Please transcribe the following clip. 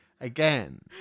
again